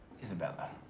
isabella.